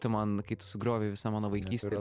tu man kai tu sugriovei visą mano vaikystę